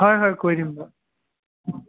হয় হয় কৈ দিম বাৰু